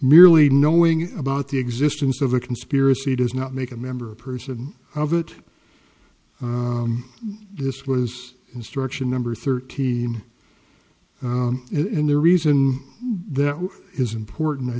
merely knowing about the existence of a conspiracy does not make a member a person of it this was construction number thirteen and the reason that is important i